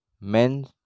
men